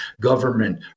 government